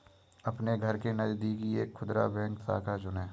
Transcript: अपने घर के नजदीक एक खुदरा बैंक शाखा चुनें